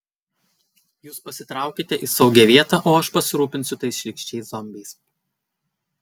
jūs pasitraukite į saugią vietą o aš pasirūpinsiu tais šlykščiais zombiais